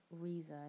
reason